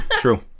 true